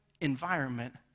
environment